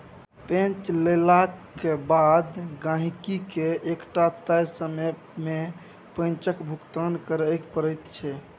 पैंच लेलाक बाद गहिंकीकेँ एकटा तय समय मे पैंचक भुगतान करय पड़ैत छै